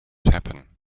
happen